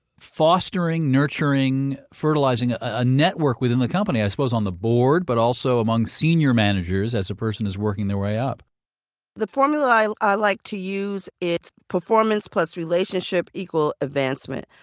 fostering, nurturing, fertilizing a network within the company, i suppose on the board, but also among senior managers as a person is working their way up the formula i i like to use is performance plus relationship equal advancement.